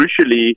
crucially